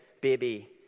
baby